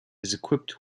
equipped